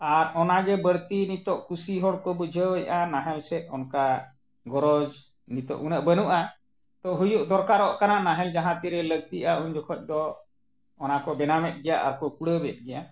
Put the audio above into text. ᱟᱨ ᱚᱱᱟ ᱜᱮ ᱵᱟᱹᱲᱛᱤ ᱱᱤᱛᱳᱜ ᱠᱩᱥᱤ ᱦᱚᱲ ᱠᱚ ᱵᱩᱡᱷᱟᱹᱣᱮᱜᱼᱟ ᱱᱟᱦᱮᱞ ᱥᱮᱫ ᱚᱱᱠᱟ ᱜᱚᱨᱚᱡᱽ ᱱᱤᱛᱳᱜ ᱩᱱᱟᱹᱜ ᱵᱟᱹᱱᱩᱜᱼᱟ ᱛᱚ ᱦᱩᱭᱩᱜ ᱫᱚᱨᱠᱟᱨᱚᱜ ᱠᱟᱱᱟ ᱱᱟᱦᱮᱞ ᱡᱟᱦᱟᱸ ᱛᱤᱨᱮ ᱞᱟᱹᱠᱛᱤᱜᱼᱟ ᱩᱱ ᱡᱚᱠᱷᱚᱱ ᱫᱚ ᱚᱱᱟ ᱠᱚ ᱵᱮᱱᱟᱣᱮᱫ ᱜᱮᱭᱟ ᱟᱨ ᱠᱚ ᱠᱩᱲᱟᱹᱣᱮᱫ ᱜᱮᱭᱟ